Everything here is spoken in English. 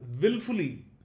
willfully